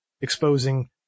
exposing